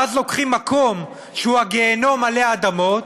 ואז לוקחים מקום שהוא הגיהינום עלי אדמות,